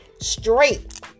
straight